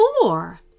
four